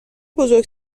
بزرگ